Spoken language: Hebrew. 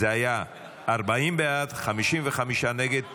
זה היה 40 בעד, 55 נגד.